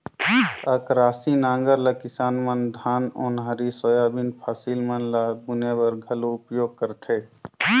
अकरासी नांगर ल किसान मन धान, ओन्हारी, सोयाबीन फसिल मन ल बुने बर घलो उपियोग करथे